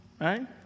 Right